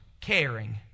caring